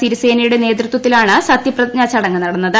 സിരിസേനയുടെ നേതൃത്വത്തിലാണ് സത്യപ്രതിജ്ഞാ ചടങ്ങ് നടന്നത്